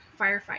firefight